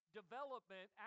development